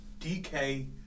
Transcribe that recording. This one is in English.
DK